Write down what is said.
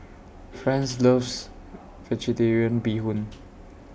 Franz loves Vegetarian Bee Hoon